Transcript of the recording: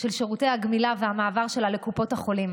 של שירותי הגמילה והמעבר שלהם לקופות החולים.